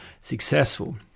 successful